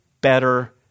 better